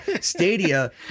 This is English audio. stadia